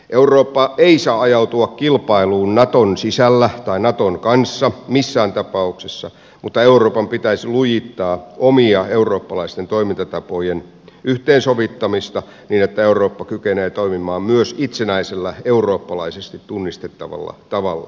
eurooppa ei saa ajautua kilpailuun naton sisällä tai naton kanssa missään tapauksessa mutta euroopan pitäisi lujittaa omien eurooppalaisten toimintatapojen yhteensovittamista niin että eurooppa kykenee toimimaan myös itsenäisellä eurooppalaisesti tunnistettavalla tavalla